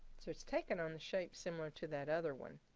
so it's taken on the shape similar to that other one.